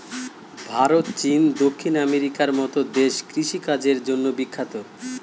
ভারত, চীন, দক্ষিণ আমেরিকার মতো দেশ কৃষিকাজের জন্য বিখ্যাত